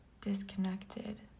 disconnected